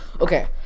Okay